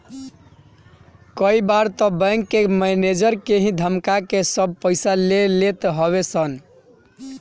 कई बार तअ बैंक के मनेजर के ही धमका के सब पईसा ले लेत हवे सन